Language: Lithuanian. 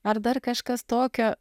ar dar kažkas tokio